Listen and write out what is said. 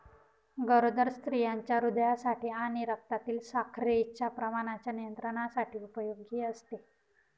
गरोदर स्त्रियांच्या हृदयासाठी आणि रक्तातील साखरेच्या प्रमाणाच्या नियंत्रणासाठी उपयोगी असते